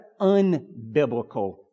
unbiblical